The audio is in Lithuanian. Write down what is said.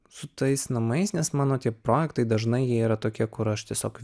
su tais namais nes mano tie projektai dažnai jie yra tokie kur aš tiesiog